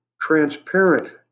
transparent